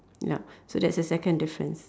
yup so that's the second difference